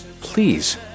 Please